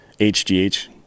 HGH